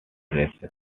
races